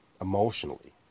emotionally